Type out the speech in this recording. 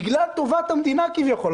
בגלל טובת המדינה כביכול.